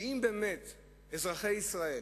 שאם באמת אזרחי ישראל